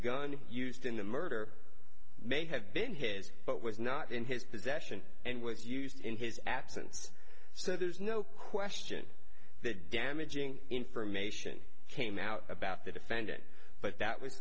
gun used in the murder may have been his but was not in his possession and was used in his absence so there's no question that damaging information came out about the defendant but that was